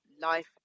life